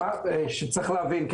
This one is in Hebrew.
צריך להבין,